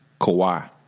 Kawhi